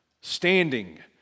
standing